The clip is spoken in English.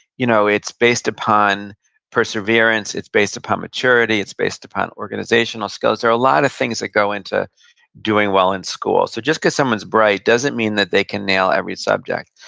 you know it's based upon perseverance, it's based upon maturity, it's based upon organizational skills. there are a lot of things that go into doing well in school, so just because someone's bright doesn't mean that they can nail every subject.